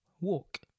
walk